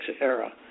era